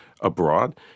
abroad